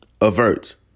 Avert